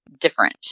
different